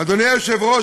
אדוני היושב-ראש,